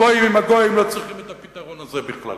הגויים עם הגויים לא צריכים את הפתרון הזה בכלל,